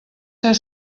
ser